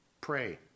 Pray